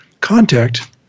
contact